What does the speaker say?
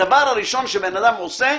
הדבר הראשון שבן אדם עושה,